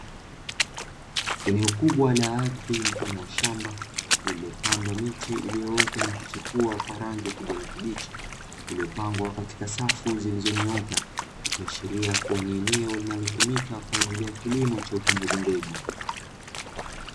Eneo kubwa la ardhi mfano wa shamba iliyopandwa miche iliyoota na kuchipua kwa ranhi ya kijani kibichi, iliyopangwa kwa safu zilizonyooka ikiashiria kuwa ni eneo linalotumika kwa ajili ya kilimo cha upandaji mbegu.